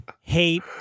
hate